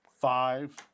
five